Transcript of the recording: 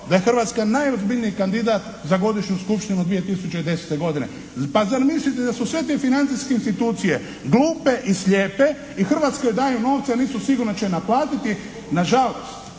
da je Hrvatska najozbiljniji kandidat za godišnju skupštinu 2010. godine. Pa zar mislite da su sve te financijske institucije glupe i slijepe i Hrvatskoj daju novce a nisu sigurni da će joj naplatiti? Nažalost,